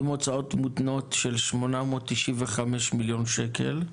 עם הוצאות מותנות של 895 מיליון שקל,